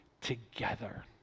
together